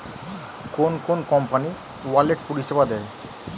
কোন কোন company wallet পরিষেবা দেয়?